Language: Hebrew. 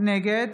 נגד